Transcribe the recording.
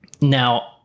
Now